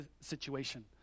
situation